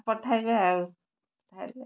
ପଠାଇବେ ଆଉ ପଠାଇବେ